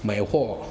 买货